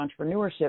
Entrepreneurship